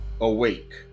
Awake